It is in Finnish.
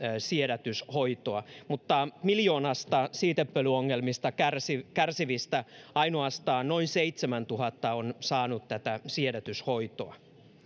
siedätyshoitoa mutta miljoonasta siitepölyongelmista kärsivästä kärsivästä ainoastaan noin seitsemäntuhatta on saanut tätä siedätyshoitoa